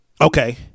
Okay